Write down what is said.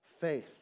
Faith